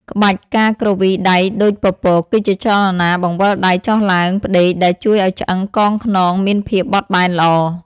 ក្បាច់ ការគ្រវីដៃដូចពពក គឺជាចលនាបង្វិលដៃចុះឡើងផ្ដេក ដែលជួយឱ្យឆ្អឹងកងខ្នងមានភាពបត់បែនល្អ។